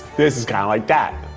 this is kind of like that.